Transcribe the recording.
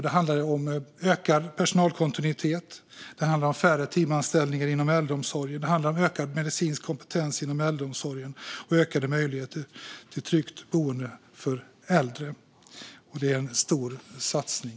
Det handlade om ökad personalkontinuitet, färre timanställningar inom äldreomsorgen, ökad medicinsk kompetens inom äldreomsorgen och ökade möjligheter till tryggt boende för äldre. Det är en stor satsning.